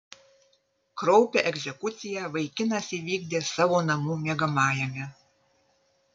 kraupią egzekuciją vaikinas įvykdė savo namų miegamajame